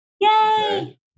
Yay